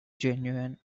genuine